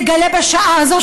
בשעה הזו,